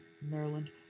Maryland